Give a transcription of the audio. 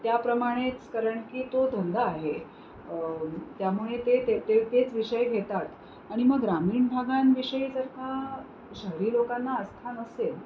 त्याप्रमाणेच कारण की तो धंदा आहे त्यामुळे ते ते ते तेच विषय घेतात आणि मग ग्रामीण भागांविषयी जर का शहरी लोकांना आस्था नसेल